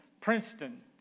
Princeton